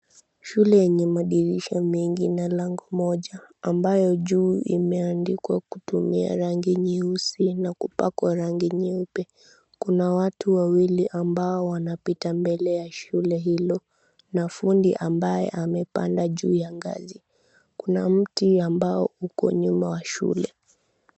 Shule yenye madirisha mengi na lango moja ambayo juu imeandikwa kutumia rangi nyeusi na kupakwa rangi nyeupe. Kuna watu wawili ambao wanapita mbele ya shule hilo na fundi ambaye amepanda juu ya ngazi. Kuna mti ambao uko nyuma wa shule.